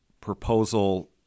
proposal